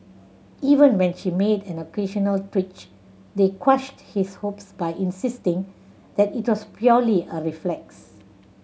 even when she made an occasional twitch they quashed his hopes by insisting that it was purely a reflex